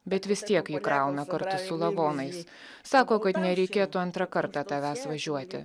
bet vis tiek jį krauna kartu su lavonais sako kad nereikėtų antrą kartą tavęs važiuoti